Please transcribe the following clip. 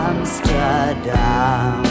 Amsterdam